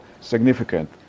significant